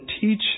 teach